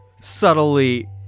subtly